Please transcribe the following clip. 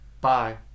Bye